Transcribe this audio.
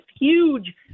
huge